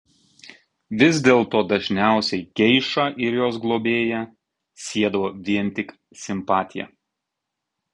vis dėlto dažniausiai geišą ir jos globėją siedavo vien tik simpatija